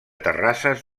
terrasses